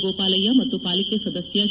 ಗೋಪಾಲಯ್ಯ ಮತ್ತು ಪಾಲಿಕೆ ಸದಸ್ಯ ಕೆ